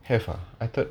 have ah I thought